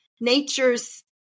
nature's